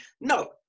no